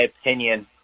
opinion